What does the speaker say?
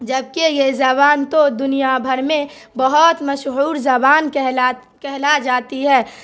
جبکہ یہ زبان تو دنیا بھر میں بہت مشہور زبان کہلاتی کہلا جاتی ہے